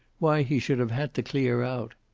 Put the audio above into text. why he should have had to clear out.